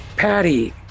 Patty